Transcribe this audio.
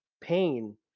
pain